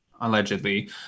allegedly